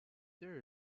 there